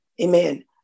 Amen